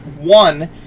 One